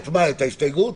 את ההסתייגות?